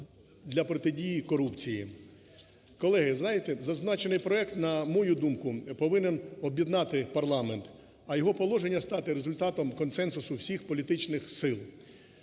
для протидії корупції. Колеги, знаєте, зазначений проект, на мою думку, повинен об'єднати парламент, а його положення стати результатом консенсусу всіх політичних сил.